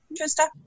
Trista